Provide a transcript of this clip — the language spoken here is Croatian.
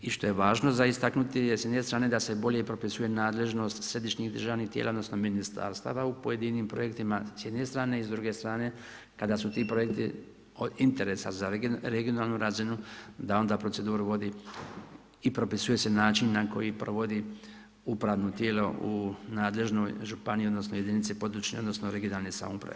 I što je važno za istaknuti je s jedne strane da se bolje propisuje nadležnost središnjih državnih tijela, odnosno ministarstava u pojedinim projektima s jedne strane i s druge strane kada su ti projekti od interesa za regionalnu razinu, da onda proceduru vodi i propisuje se način na koji provodi upravno tijelo u nadležnoj županiji, odnosno jedinici područne, odnosno regionalne samouprave.